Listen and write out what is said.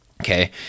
Okay